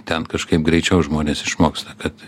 ten kažkaip greičiau žmonės išmoksta kad